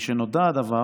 משנודע הדבר,